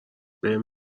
بهم